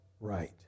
right